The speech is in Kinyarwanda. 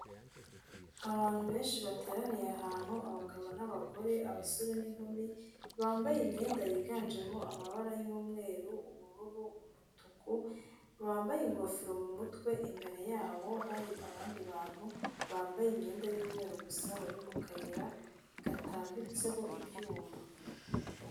Abantu benshi bateraniye ahantu abagabo n'abagore, abasore n'inkumi, bambaye imyenda yiganjemo amabara y'umweru, ubururu, umutuku, bambaye ingofero mu mutwe, imbere yabo hari abandi bantu bambaye imyenda y'umweru gusa, bari mu kayira gatambitseho ibyuma.